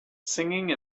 singing